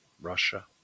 Russia